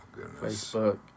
Facebook